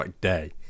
day